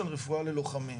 בדגש על רפואה ללוחמים.